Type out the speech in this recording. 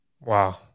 Wow